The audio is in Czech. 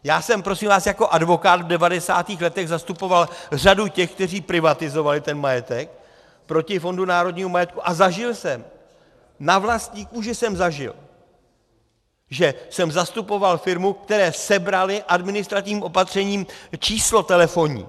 Já jsem, prosím vás, jako advokát v 90. letech zastupoval řadu těch, kteří privatizovali majetek, proti Fondu národního majetku, a zažil jsem, na vlastní kůži jsem zažil, že jsem zastupoval firmu, které sebrali administrativním opatřením číslo telefonní.